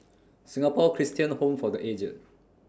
Singapore Christian Home For The Aged